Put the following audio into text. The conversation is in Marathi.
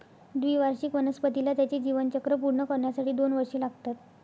द्विवार्षिक वनस्पतीला त्याचे जीवनचक्र पूर्ण करण्यासाठी दोन वर्षे लागतात